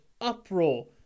uproar